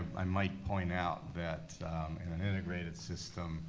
i might point out that in an integrated system,